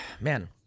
man